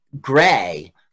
gray